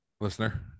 Listener